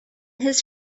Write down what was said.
his